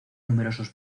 numerosos